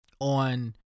On